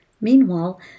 Meanwhile